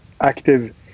active